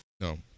No